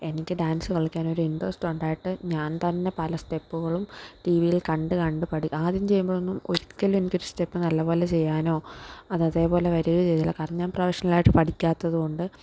എൻ്റെ ഡാൻസ് കളിക്കാൻ ഒരു ഇന്ട്രസ്റ്റ് ഉണ്ടായിട്ട് ഞാൻ തന്നെ പല സ്റ്റെപ്പുകളും ടി വിയിൽ കണ്ടു കണ്ടു പഠിക്കും ആദ്യം ചെയ്യുമ്പോഴൊന്നും ഒരിക്കലും എനിക്ക് ഒരു സ്റ്റെപ്പ് നല്ല പോലെ ചെയ്യാനോ അത് അതേപോലെ വരുകയോ ചെയ്തില്ല കാരണം ഞാന് പ്രോഫഷണലായിട്ട് പഠിക്കാത്തത് കൊണ്ട്